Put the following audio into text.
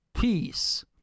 peace